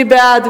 מי בעד?